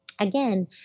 again